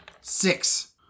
Six